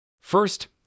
First